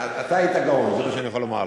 אתה היית גאון, זה מה שאני יכול לומר לך.